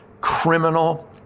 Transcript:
criminal